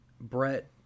Brett